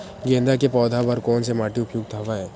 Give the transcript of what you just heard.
गेंदा के पौधा बर कोन से माटी उपयुक्त हवय?